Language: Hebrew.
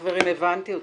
חברים, הבנתי אתכם.